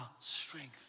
strength